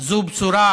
זו בשורה